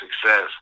success